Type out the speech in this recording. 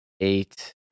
eight